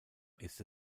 ist